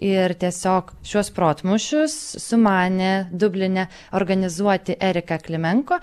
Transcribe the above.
ir tiesiog šiuos protmūšius sumanė dubline organizuoti erika klimenko